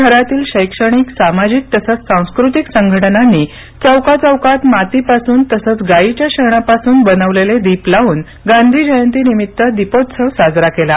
शहरातील शैक्षणिक सामाजिक तसेच सांस्कृतिक सघटनांनी चौका चौकात मातीपासून तसेच गायीच्या शेणापासून बनविलेले दीप लावून गांधी जयंती निमित्त दीपोत्सव साजरा केला